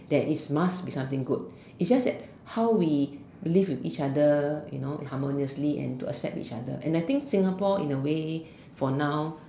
that is must be something good is just that how we live with each other you know harmoniously and to accept each other and I think Singapore in a way for now